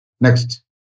Next